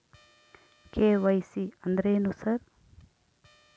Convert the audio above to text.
KYC ಅಂದ್ರೇನು sir?